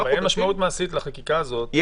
אין משמעות מעשית לחקיקה הזאת,